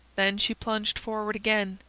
then she plunged forward again,